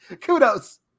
Kudos